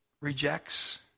rejects